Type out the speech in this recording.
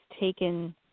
taken